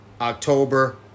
October